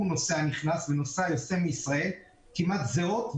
נוסע נכנס ונוסע יוצא מישראל כמעט זהות,